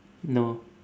no